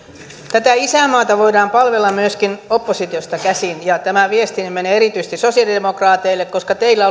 tätä isänmaata voidaan palvella myöskin oppositiosta käsin ja tämä viestini menee erityisesti sosialidemokraateille koska teillä